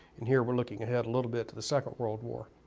and here we're looking ahead a little bit to the second world war